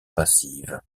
passive